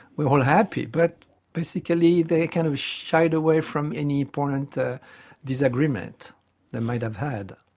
we're all happy, but basically they kind of shied away from any important ah disagreement they might have had.